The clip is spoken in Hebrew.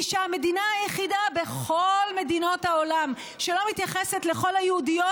שהמדינה היחידה בכל מדינות העולם שלא מתייחסת לכל היהודיות